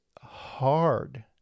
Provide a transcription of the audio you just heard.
hard